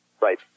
Right